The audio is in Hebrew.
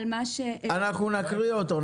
אנחנו נקריא אותו.